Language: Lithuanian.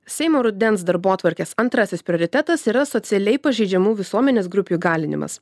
seimo rudens darbotvarkės antrasis prioritetas yra socialiai pažeidžiamų visuomenės grupių įgalinimas